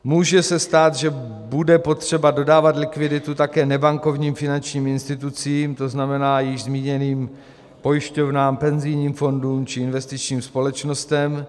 Může se stát, že bude potřeba dodávat likviditu také nebankovním finančním institucím, tzn. již zmíněným pojišťovnám, penzijním fondům či investičním společnostem.